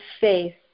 faith